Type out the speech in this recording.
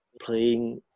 playing